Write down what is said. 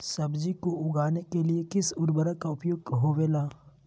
सब्जी को उगाने के लिए किस उर्वरक का उपयोग होबेला?